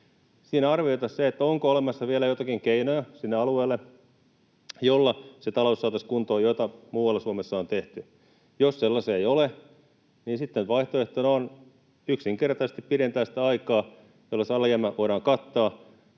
Siinä arvioitaisiin se, onko olemassa vielä joitakin keinoja sinne alueelle, joilla se talous saataisiin kuntoon, joita muualla Suomessa on tehty. Jos sellaisia ei ole, niin sitten vaihtoehtona on yksinkertaisesti pidentää sitä aikaa, jolla se alijäämä voidaan kattaa,